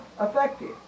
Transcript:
effective